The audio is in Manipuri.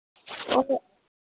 ꯑꯣ ꯍꯣꯏ